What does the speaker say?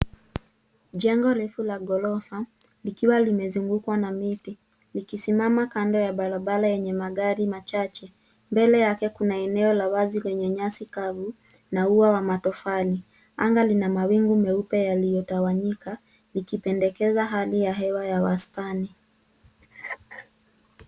Jengo refu la ghorofa likiwa limezungukwa na miti, likisimama kando ya barabara yenye magari machache. Mbele yake kuna eneo la wazi lenye nyasi kavu na ua wa matofali. Anga lina mawingu meupe yaliyo tawanyika ikipendekeza hali ya hewa ya wastani.